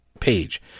page